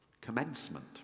Commencement